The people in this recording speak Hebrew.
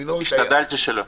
השתדלתי שלא.